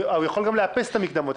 הוא יכול גם לאפס את המקדמות.